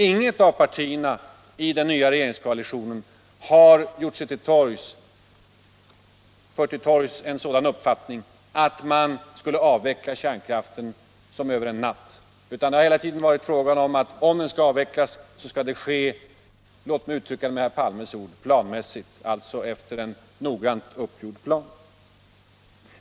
Inget av partierna i den nya regeringskoalitionen har fört till torgs uppfattningen att man skulle avveckla kärnkraften över en natt, utan det har hela tiden varit fråga om att en avveckling, om den skall komma till stånd, skall ske — låt mig använda herr Palmes ord — planmässigt, alltså efter en noggrant uppgjord plan.